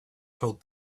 told